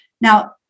Now